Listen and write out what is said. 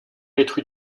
être